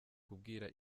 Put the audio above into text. kubwira